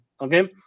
okay